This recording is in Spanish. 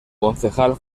concejal